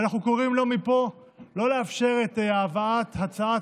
ואנחנו קוראים לו מפה שלא לאפשר את הבאת הצעת